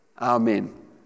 Amen